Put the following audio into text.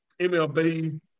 MLB